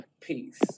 Peace